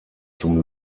zum